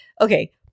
okay